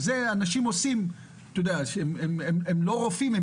ואת זה אנשים עושים והם לא רופאים,